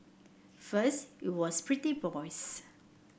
first it was pretty boys